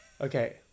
Okay